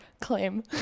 claim